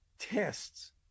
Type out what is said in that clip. tests